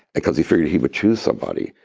because he figured he would choose somebody.